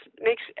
makes